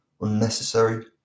unnecessary